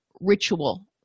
ritual